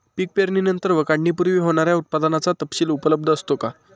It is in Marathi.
पीक पेरणीनंतर व काढणीपूर्वी होणाऱ्या उत्पादनाचा तपशील उपलब्ध असतो का?